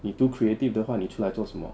你读 creative 的话你出来做什么